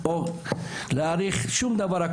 שום דבר.